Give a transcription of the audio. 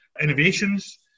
innovations